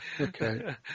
Okay